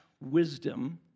wisdom